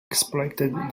exploited